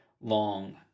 long